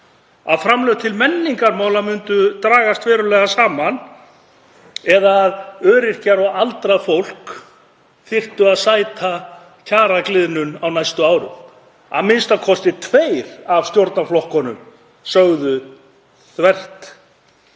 að framlög til menningarmála myndu dragast verulega saman eða að öryrkjar og aldrað fólk þyrfti að sæta kjaragliðnun á næstu árum, a.m.k. tveir af stjórnarflokkunum lofuðu þvert